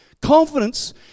Confidence